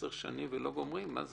10 שנים ולא גומרים, מה זה?